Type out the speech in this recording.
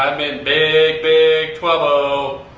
i'm in big big trouble!